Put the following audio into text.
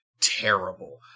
terrible